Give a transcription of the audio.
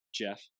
Jeff